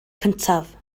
cyntaf